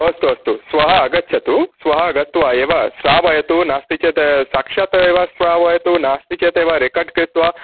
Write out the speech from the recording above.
अस्तु अस्तु अस्तु श्वः आगच्छतु श्वः आगत्वा एव श्रावयतु नास्ति चेत् साक्षात् एव श्रावयतु नास्ति चेत् एव रेकार्ड् कृत्वा तत